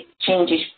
changes